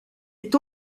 est